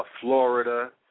Florida